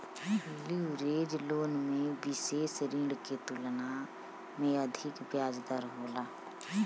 leverage loan में विसेष ऋण के तुलना में अधिक ब्याज दर होला